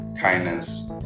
Kindness